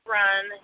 run